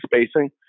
spacing